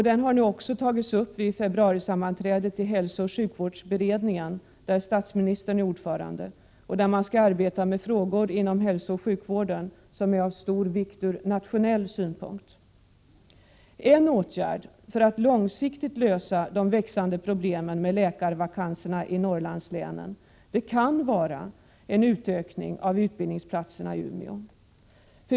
Den har tagits upp vid februarisammanträdet i hälsooch sjukvårdsberedningen, där statsministern är ordförande och där man skall arbeta med frågor inom hälsooch sjukvården som är av stor vikt ur nationell synpunkt. En åtgärd för att långsiktigt lösa de växande problemen med läkarvakanserna i Norrlandslänen kan vara en utökning av antalet utbildningsplatser i Umeå.